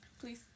Please